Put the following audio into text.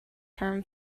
term